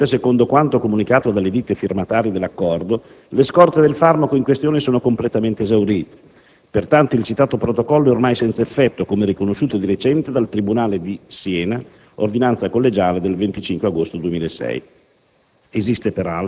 Attualmente, secondo quanto comunicato dalle ditte firmatarie dell'accordo, le scorte del farmaco in questione sono completamente esaurite; pertanto, il citato protocollo è ormai senza effetto, come riconosciuto di recente dal tribunale di Siena (ordinanza collegiale del 25 agosto 2006).